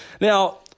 Now